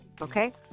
okay